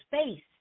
space